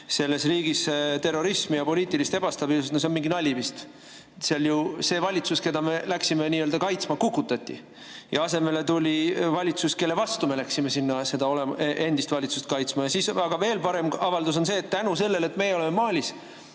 selles riigis terrorismi ja poliitilist ebastabiilsust. No see on mingi nali vist? Seal ju see valitsus, keda me läksime nii‑öelda kaitsma, kukutati ja asemele tuli valitsus, kelle vastu me läksime sinna seda endist valitsust kaitsma. Aga veel parem avaldus oli see, et tänu sellele, et meie oleme Malis,